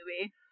movie